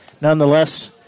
nonetheless